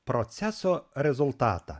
proceso rezultatą